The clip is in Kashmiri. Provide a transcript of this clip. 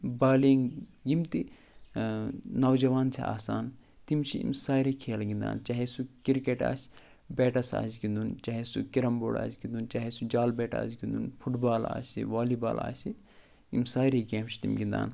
بالینگ یِم تہِ نوجوان چھِ آسان تِم چھِ یِم سارے کھیلہٕ گِنٛدان چاہے سُہ کِرکَٹ آسہِ بیٹَس آسہِ گِنٛدُن چاہے سُہ کٮ۪رَم بورڈ آسہِ گِنٛدُن چاہے سُہ جال بیٹ آسہِ گِنٛدُن فُٹ بال آسہِ والی بال آسہِ یِم سارے گیمہٕ چھِ تِم گِنٛدان